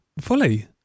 fully